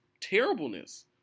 terribleness